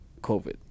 COVID